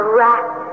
rat